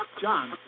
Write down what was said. John